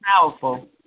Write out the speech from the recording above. powerful